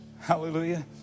Hallelujah